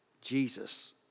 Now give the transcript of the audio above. Jesus